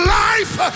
life